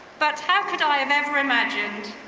but how could i have ever imagined,